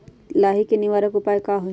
लाही के निवारक उपाय का होई?